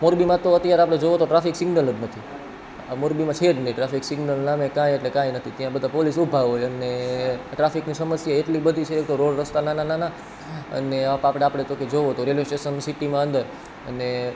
મોરબીમાં તો આપણે અત્યારે જોઈએ તો ટ્રાફિક સિગ્નલ જ નથી મોરબીમાં છે જ નહીં ટ્રાફિક સિગ્નલના નામે કાઈ એટલે કાઈ નથી ત્યાં બધાં પોલિસ ઊભા હોય અને ટ્રાફિકની સમસ્યા એટલી બધી છે કે રોડ રસ્તા નાના નાના અને આપણે તો કે જોવો તો રેલવે સ્ટેશન સિટીમાં અંદર અને